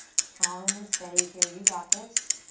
strong and steady here. you got this.